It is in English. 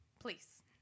Please